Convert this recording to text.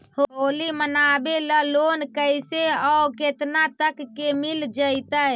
होली मनाबे ल लोन कैसे औ केतना तक के मिल जैतै?